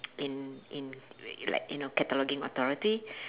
in in like you know cataloging authority